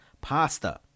pasta